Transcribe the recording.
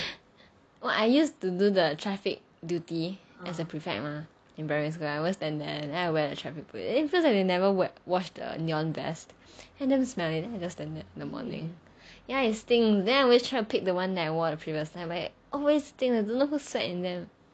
well I used to do the traffic duty as a prefect mah in primary school I always stand there and then I wear the traffic vest it feels like they never wash the neon vest and damn smelly and then I just stand there in the morning ya it stinks then I always try to pick the one I wore the previous time always stinks I don't know who sweat in them